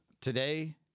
today